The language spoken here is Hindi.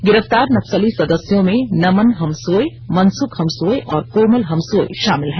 गिरफ्तार नक्सली सदस्यों में नमन हमसोय मनसुख हमसोय और कोमल हमसोय शामिल है